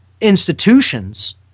institutions